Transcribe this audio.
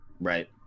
Right